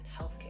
healthcare